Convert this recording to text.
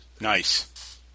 Nice